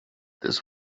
this